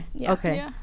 Okay